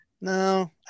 no